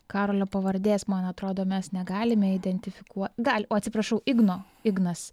karolio pavardės man atrodo mes negalime identifikuo gali oj atsiprašau igno ignas